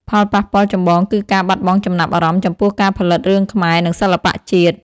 ផលប៉ះពាល់ចម្បងគឺការបាត់បង់ចំណាប់អារម្មណ៍ចំពោះការផលិតរឿងខ្មែរនិងសិល្បៈជាតិ។